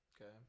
Okay